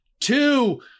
two